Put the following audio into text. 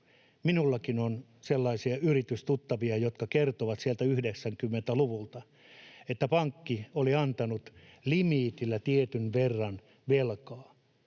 Minullakin on sellaisia yritystuttavia, jotka kertovat sieltä 90-luvulta, että pankki oli antanut limiitillä tietyn verran velkaa.